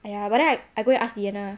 !aiya! but then I I go and ask diyanah